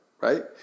right